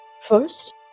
First